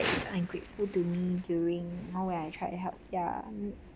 ungrateful to me during you know when I tried to help ya